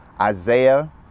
Isaiah